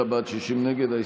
55 בעד, 60 נגד.